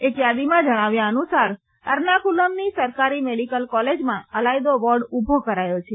એક યાદીમાં જણાવ્યા અનુસાર એર્નાકૂલમની સરકારી મેડીકલ કોલેજમાં અલાયદો વોર્ડ ઉભો કરાયો છે